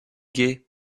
gaie